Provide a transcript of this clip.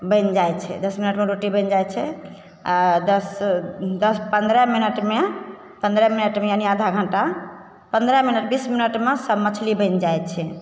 बनि जाइ छै दस मिनटमे रोटी बनि जाइ छै आओर दस सँ दस पन्द्रह मिनटमे पन्द्रह मिनटमे यानि आधा घण्टा पन्द्रह मिनट बीस मिनटमे सब मछली बनि जाइ छै